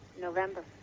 November